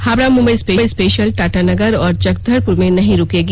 Howrah Mumbai special Tatanagar और चकधरपुर में नहीं रूकेगी